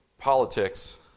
politics